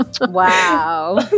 Wow